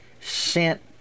sent